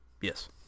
yes